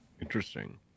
Interesting